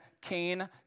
Cain